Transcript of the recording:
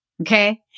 okay